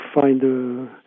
find